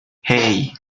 hey